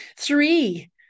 Three